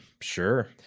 Sure